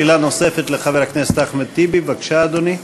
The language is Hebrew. שאלה נוספת לחבר הכנסת אחמד טיבי, בבקשה, אדוני.